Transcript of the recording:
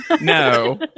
No